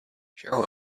cheryl